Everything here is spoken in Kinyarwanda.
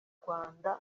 rwanda